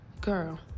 Girl